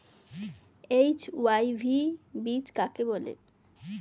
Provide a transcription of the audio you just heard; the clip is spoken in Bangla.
এইচ.ওয়াই.ভি বীজ কাকে বলে?